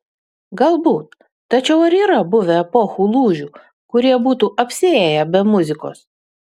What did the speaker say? galbūt tačiau ar yra buvę epochų lūžių kurie būtų apsiėję be muzikos